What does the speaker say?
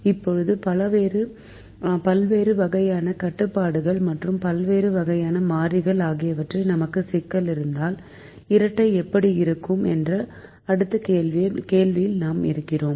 இப்போது பல்வேறு வகையான கட்டுப்பாடுகள் மற்றும் பல்வேறு வகையான மாறிகள் ஆகியவற்றில் நமக்கு சிக்கல் இருந்தால் இரட்டை எப்படி இருக்கும் என்ற அடுத்த கேள்வியை நாம் இடுகிறோம்